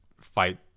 fight